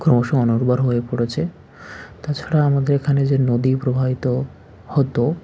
ক্রমশ অনুর্বর হয়ে পড়েছে তাছাড়া আমাদের এখানে যে নদী প্রবাহিত হতো